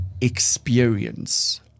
experience